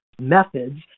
methods